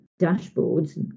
dashboards